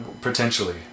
potentially